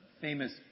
famous